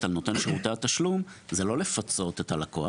על נותן שירותי התשלום היא לא לפצות את הלקוח,